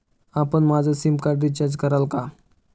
आपण माझं sim card recharge कराल का?